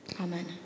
Amen